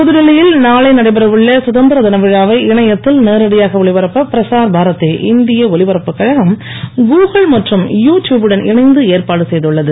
புதுடில்லி யில் நாளை நடைபெற உள்ள சுதந்திரதின விழாவை இணையத்தில் நேரடியாக ஒளிபரப்ப பிரசார் பாரதி இந்திய ஒலிபரப்புக் கழகம் கூகுள் மற்றும் யு ட்யுப் புடன் இணைந்து ஏற்பாடு செய்துள்ளது